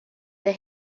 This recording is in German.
der